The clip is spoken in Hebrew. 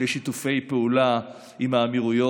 לשיתופי פעולה עם האמירויות.